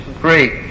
great